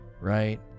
right